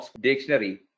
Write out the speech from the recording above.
dictionary